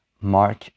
Mark